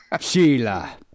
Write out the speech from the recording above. Sheila